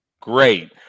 Great